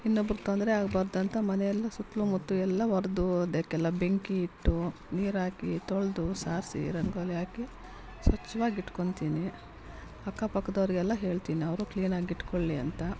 ಇನ್ನೊಬ್ರಿಗೆ ತೊಂದ್ರೆ ಆಗ್ಬಾರ್ದು ಅಂತ ಮನೆಯೆಲ್ಲ ಸುತ್ತ್ಮುತ್ಲು ಎಲ್ಲಾ ಹೊಡ್ದು ಅದಕ್ಕೆಲ್ಲ ಬೆಂಕಿ ಇಟ್ಟು ನೀರಾಕಿ ತೊಳೆದು ಸಾರಿಸಿ ರಂಗೋಲಿ ಹಾಕಿ ಸ್ವಚ್ಛವಾಗಿಟ್ಕೊಳ್ತೀನಿ ಅಕ್ಕಪಕ್ದವ್ರಿಗೆಲ್ಲ ಹೇಳ್ತೀನಿ ಅವ್ರು ಕ್ಲೀನಾಗಿಟ್ಕೊಳ್ಲಿ ಅಂತ